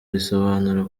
risobanura